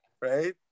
right